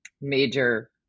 major